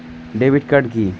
Debit card কি?